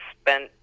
spent